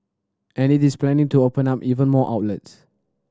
and it is planning to open up even more outlets